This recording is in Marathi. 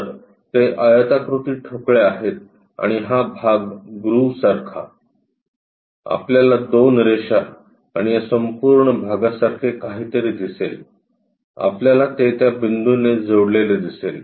तर ते आयताकृती ठोकळे आहेत आणि हा भाग ग्रूव्हसारखा आपल्याला दोन रेषा आणि या संपूर्ण भागासारखे काहीतरी दिसेल आपल्याला ते त्या बिंदूने जोडलेले दिसेल